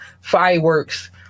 fireworks